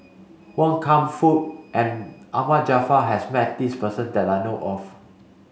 Wan Kam Fook and Ahmad Jaafar has met this person that I know of